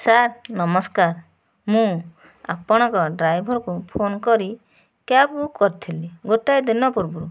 sir ନମସ୍କାର ମୁଁ ଆପଣଙ୍କ ଡ୍ରାଇଭରକୁ ଫୋନ କରି କ୍ୟାବ ବୁକ୍ କରିଥିଲି ଗୋଟିଏ ଦିନ ପୂର୍ବରୁ